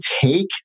take